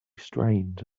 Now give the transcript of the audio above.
strained